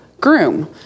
groom